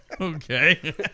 okay